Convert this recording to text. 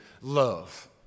love